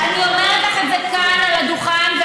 על הדוכן,